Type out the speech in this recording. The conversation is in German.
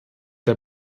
der